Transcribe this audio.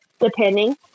depending